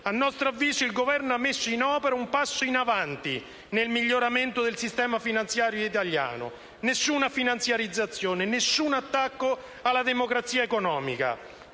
a nostro avviso il Governo ha messo in opera un passo in avanti nel miglioramento del sistema finanziario italiano, nessuna finanziarizzazione e nessun attacco alla democrazia economica.